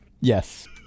Yes